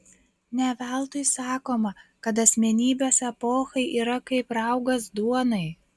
ne veltui sakoma kad asmenybės epochai yra kaip raugas duonai